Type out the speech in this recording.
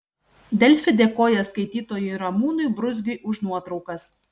delfi dėkoja skaitytojui ramūnui bruzgiui už nuotraukas